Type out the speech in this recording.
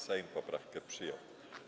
Sejm poprawkę przyjął.